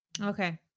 okay